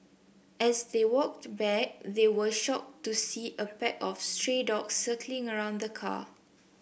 as they walked back they were shocked to see a pack of stray dogs circling around the car